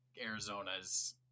Arizona's